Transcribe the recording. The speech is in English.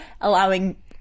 allowing